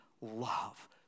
love